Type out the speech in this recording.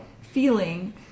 feeling